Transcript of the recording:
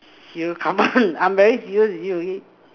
serious come on I'm very serious with you already